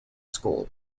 school